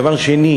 דבר שני,